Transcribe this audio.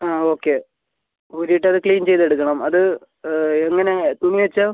ആ ഓക്കെ ഊരിയിട്ട് അത് ക്ലീൻ ചെയ്ത് എടുക്കണം അത് എങ്ങനെ തുണി വച്ചോ